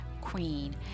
Queen